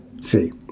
See